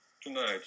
tonight